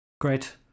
Great